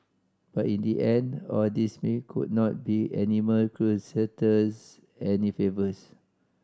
but in the end all this may could not be animal crusaders any favours